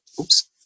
Oops